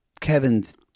Kevin's